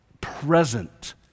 present